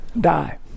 die